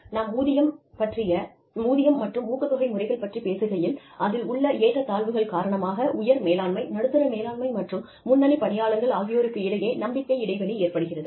நாம் ஊதியம் மற்றும் ஊக்கத்தொகை முறைகள் பற்றிப் பேசுகையில் அதில் உள்ள ஏற்றத் தாழ்வுகள் காரணமாக உயர் மேலாண்மை நடுத்தர மேலாண்மை மற்றும் முன்னணி பணியாளர்கள் ஆகியோருக்கு இடையே நம்பிக்கை இடைவெளி ஏற்படுகிறது